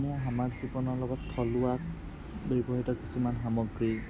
অসমীয়া সমাজ জীৱনৰ লগত থলুৱা ব্যৱহৃত কিছুমান সামগ্ৰী